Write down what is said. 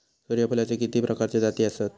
सूर्यफूलाचे किती प्रकारचे जाती आसत?